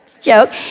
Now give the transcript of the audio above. Joke